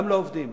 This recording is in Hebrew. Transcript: גם לעובדים.